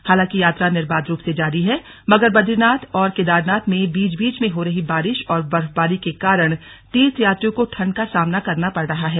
हालांकि यात्रा निर्बाध रूप से जारी है मगर बदरीनाथ और केदारनाथ में बीच बीच में हो रही बारिश और बर्फबारी के कारण तीर्थयात्रियों को ठंड का सामना करना पड़ रहा है